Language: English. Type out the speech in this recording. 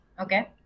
Okay